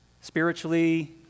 spiritually